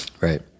Right